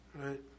right